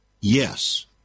Yes